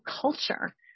culture